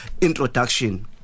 introduction